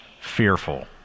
fearful